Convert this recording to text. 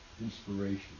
Inspiration